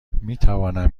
میتوانم